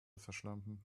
verschlampen